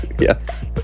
yes